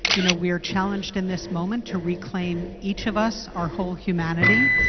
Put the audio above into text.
you know, we are challenged in this moment to reclaim each of us, our whole humanity.